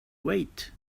wait